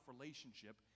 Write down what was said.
relationship